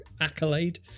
accolade